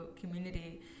community